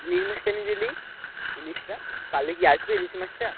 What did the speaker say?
ইলিশ মাছটা নিই যদি ইলিশটা কালকে কি আসবে ইলিশ মাছটা